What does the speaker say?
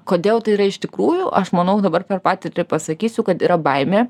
kodėl tai yra iš tikrųjų aš manau dabar per patirtį pasakysiu kad yra baimė